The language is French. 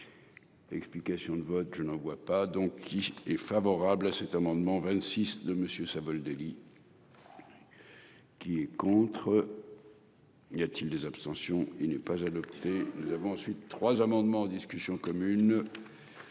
Explications de vote, je n'en vois pas, donc qui est favorable à cet amendement 26 de monsieur Savoldelli. Qui est contre. Y a-t-il des abstentions il n'est pas adopté. Nous avons ensuite trois amendements en discussion commune.